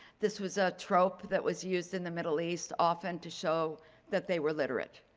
this was a trope that was used in the middle east often to show that they were literate,